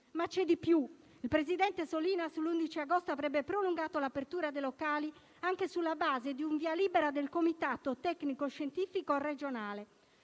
Ma c'è di più. Il presidente Solinas, l'11 agosto, avrebbe prolungato l'apertura dei locali anche sulla base di un via libera del comitato tecnico-scientifico regionale.